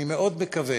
אני מאוד מקווה